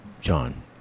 john